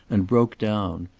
and broke down.